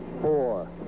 four